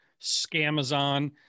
Scamazon